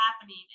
happening